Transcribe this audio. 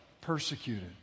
persecuted